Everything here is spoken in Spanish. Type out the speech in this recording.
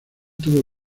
tuvo